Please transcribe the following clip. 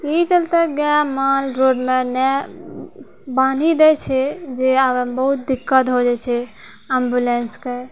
ई चलते गाय माल रोडमे नहि बान्हि दै छै जे आबै मे बहुत दिक्कत हो जाइ छै एम्बुलेन्सके